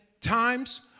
times